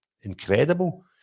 incredible